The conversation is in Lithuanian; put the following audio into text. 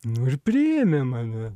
nu ir priėmė mane